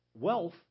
wealth